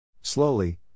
Slowly